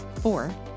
Four